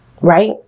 right